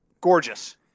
gorgeous